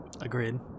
Agreed